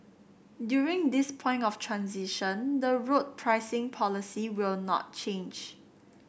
during this point of transition the road pricing policy will not change